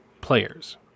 players